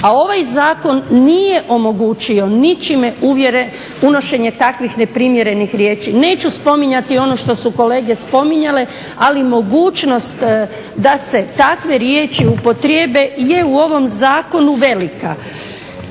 a ovaj Zakon nije omogućio ničime unošenje takvih neprimjerenih riječi. Neću spominjati ono što su kolege spominjale, ali mogućnost da se takve riječi upotrijebe je u ovom zakonu velika.